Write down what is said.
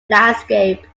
landscape